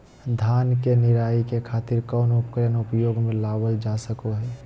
धान के निराई के खातिर कौन उपकरण उपयोग मे लावल जा सको हय?